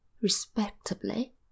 Respectably